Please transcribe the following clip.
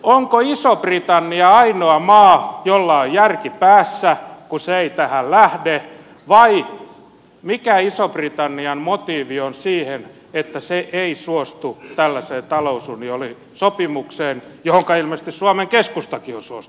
onko iso britannia ainoa maa jolla on järki päässä kun se ei tähän lähde vai mikä ison britannian motiivi on siinä että se ei suostu tällaiseen talousunionisopimukseen johonka ilmeisesti suomen keskustakin on suostuvainen